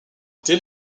dès